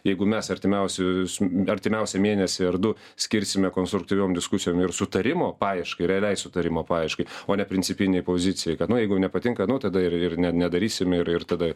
jeigu mes artimiausius m artimiausią mėnesį ar du skirsime konstruktyviom diskusijom ir sutarimo paieškai realiai sutarimo paieškai o ne principinei pozicijai kad nu jeigu nepatinka nu tada ir ir ne nedarysim ir ir tada